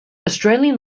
australian